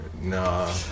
Nah